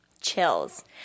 chills